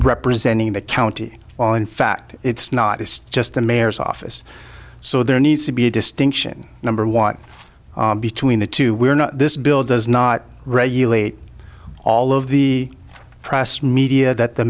representing the county well in fact it's not it's just the mayor's office so there needs to be a distinction number one between the two we're not this bill does not regulate all of the press media that the